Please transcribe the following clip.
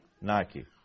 Nike